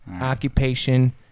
Occupation